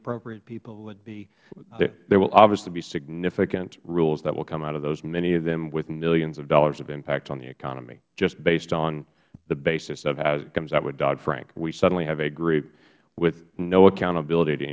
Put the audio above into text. appropriate people would be mister lankford there will obviously be significant rules that will come out of those many of them with millions of dollars of impact on the economy just based on the basis of how it comes out with dodd frank we suddenly have a group with no accountability to